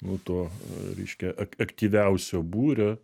nu to reiškia ak aktyviausio būrio